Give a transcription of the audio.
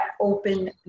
open